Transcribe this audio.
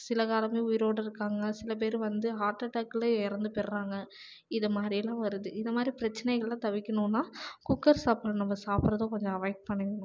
சில காலம் உயிரோடு இருக்காங்க சில பேர் வந்து ஹார்ட்டடாக்லேயே இறந்து போயிடுறாங்க இத மாதிரிலாம் வருது இது மாதிரி பிரச்சனைகள்லாம் தவிர்க்குணுன்னா குக்கர் சாப்பாடு நம்ம சாப்பிட்றத கொஞ்சம் அவாய்ட் பண்ணிக்கணும்